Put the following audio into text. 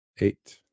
eight